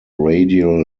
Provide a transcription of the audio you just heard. radial